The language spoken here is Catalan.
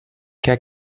què